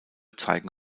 zeigen